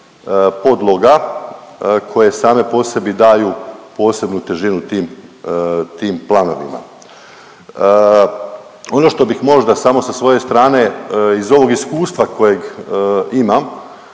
podloga koje same po sebi daju posebnu težinu tim, tim planovima. Ono što bih možda samo sa svoje strane iz ovog iskustva kojeg imam,